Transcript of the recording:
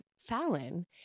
Fallon